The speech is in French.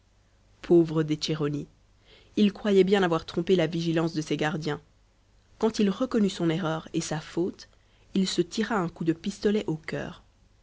pauvre d'etchérony il croyait bien avoir trompé la vigilance de ses gardiens quand il reconnut son erreur et sa faute il se tira un coup de pistolet au cœur